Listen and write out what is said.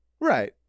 Right